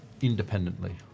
independently